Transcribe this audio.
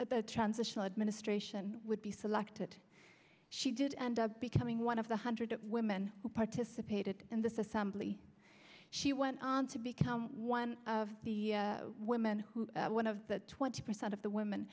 the transitional administration would be selected she did end up becoming one of the hundred women who participated in this assembly she went on to become one of the women who one of the twenty percent of the women